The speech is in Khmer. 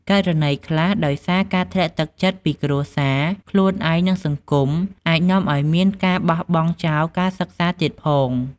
ករណីខ្លះ ដោយសារការធ្លាក់ទឹកចិត្តពីគ្រួសារ ខ្លួនឯង និងសង្គមអាចនាំឱ្យមានការបោះបង់ចោលការសិក្សាទៀតផង។